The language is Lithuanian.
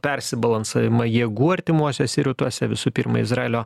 persibalansavimą jėgų artimuosiuose rytuose visų pirma izraelio